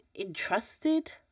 Entrusted